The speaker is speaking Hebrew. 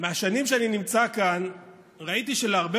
מהשנים שאני נמצא כאן ראיתי שלהרבה